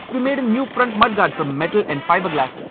we made a new front mudguard from metal and fiberglass!